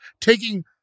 taking